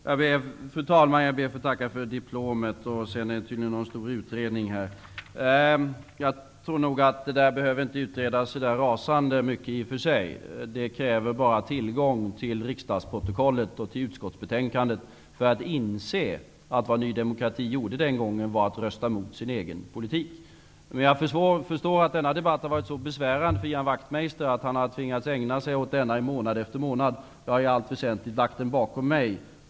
Fru talman! Jag ber att få tacka för diplomet. Sedan finns det tydligen en stor utredning här. Jag tror i och för sig inte att detta behöver utredas så rasande mycket. Det kräver bara tillgång till riksdagsprotokollet och utskottsbetänkandet för att man skall inse att Ny demokrati den gången röstade mot sin egen politik. Jag förstår att denna debatt har varit så besvärande för Ian Wachtmeister att han har tvingats ägna sig åt denna i månad efter månad. Jag har i allt väsentligt lagt den bakom mig.